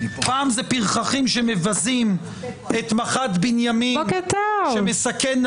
פרחחים שמבזים את מח"ט בנימין שמסכן את